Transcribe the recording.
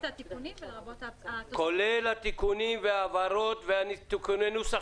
כולל התיקונים וההבהרות ותיקוני הנוסח